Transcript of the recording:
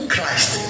Christ